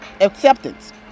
acceptance